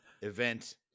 event